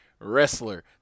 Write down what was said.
wrestler